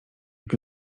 jak